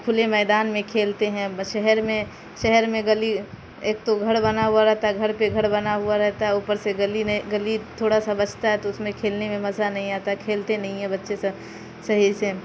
کھلے میدان میں کھیلتے ہیں شہر میں شہر میں گلی ایک تو گھر بنا ہوا رہتا ہے گھر پہ گھر بنا ہوا رہتا ہے اوپر سے گلی نے گلی تھوڑا سا بچتا ہے تو اس میں کھیلنے میں مزہ نہیں آتا ہے کھیلتے نہیں ہیں بچے سب صحیح سے